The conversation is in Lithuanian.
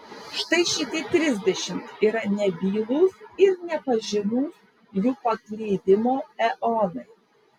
štai šitie trisdešimt yra nebylūs ir nepažinūs jų paklydimo eonai